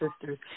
sisters